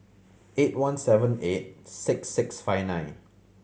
eight one seven eight six six five nine